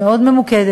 מקצועית, מאוד ממוקדת,